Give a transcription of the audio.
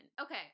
Okay